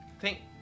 Thank